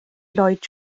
lloyd